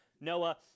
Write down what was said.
Noah